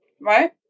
right